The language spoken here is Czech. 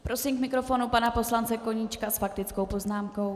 Prosím k mikrofonu pana poslance Koníčka s faktickou poznámkou.